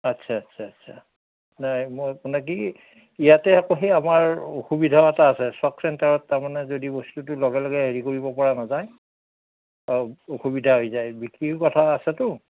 আচ্ছা আচ্ছা আচ্ছা নাই মই আপোনাক কি ইয়াতে আকৌ সেই আমাৰ অসুবিধা এটা আছে চক চেণ্টাৰত তাৰ মানে যদি বস্তুটো লগে লগে হেৰি কৰিব পৰা নাযায় অসুবিধা হৈ যায় বিক্ৰীৰ কথাও আছেতো